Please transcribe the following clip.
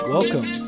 Welcome